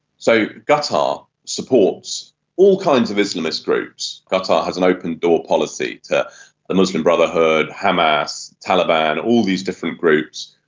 so qatar supports all kinds of islamist groups. qatar has an open-door policy to the muslim brotherhood, hamas, taliban, all these different groups.